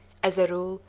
as a rule,